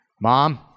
Mom